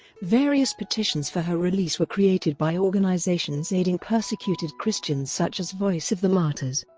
various petitions for her release were created by organisations aiding persecuted christians such as voice of the martyrs,